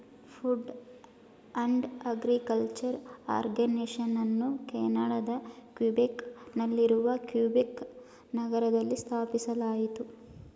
food and agriculture ಆರ್ಗನೈಸೇಷನನ್ನು ಕೆನಡಾದ Quebec ನಲ್ಲಿರುವ ಕ್ಯುಬೆಕ್ ನಗರದಲ್ಲಿ ಸ್ಥಾಪಿಸಲಾಯಿತು